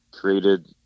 created